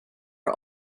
are